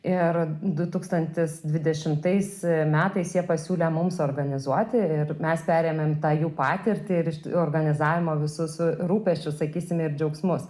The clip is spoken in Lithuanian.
ir du tūkstantis dvidešimtais metais jie pasiūlė mums organizuoti ir ir mes perėmėm tą jų patirtį ir iš ti organizavimo visus rūpesčius sakysime ir džiaugsmus